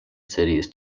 cities